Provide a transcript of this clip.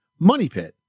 MONEYPIT